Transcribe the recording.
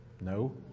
No